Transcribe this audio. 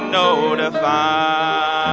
notified